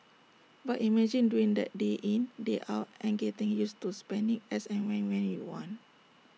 but imagine doing that day in day out and getting used to spending as and when when you want